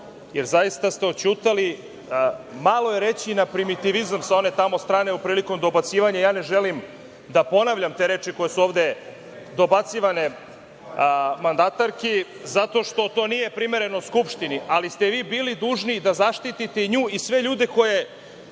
jer zaista ste oćutali malo je reći na primitivizam sa one tamo strane prilikom dobacivanja. Ne želim da ponavljam te reči koje su ovde dobacivane mandatarki zato što to nije primereno Skupštini, ali ste vi bili dužni da zaštite i nju i sve ljude koje